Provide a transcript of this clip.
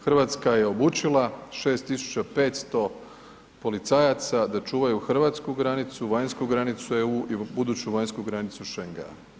Hrvatska je obučila 6500 policajaca da čuvaju hrvatsku granicu, vanjsku granicu EU i buduću vanjsku granicu Schengena.